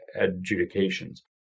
adjudications